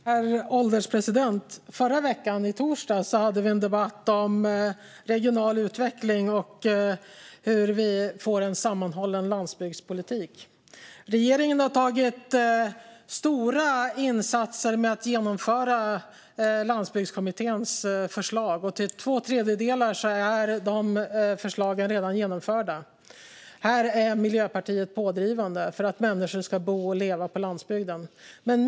Herr ålderspresident! I förra veckan, i torsdags, hade vi en debatt om regional utveckling och om hur vi får en sammanhållen landsbygdspolitik. Regeringen har gjort stora insatser med att införa Landsbygdskommitténs förslag, och till två tredjedelar är förslagen redan genomförda. Här är Miljöpartiet pådrivande för att människor ska bo och leva på landsbygden.